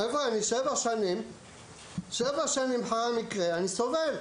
חבר'ה, אני שבע שנים אחרי המקרה ואני סובל.